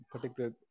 particular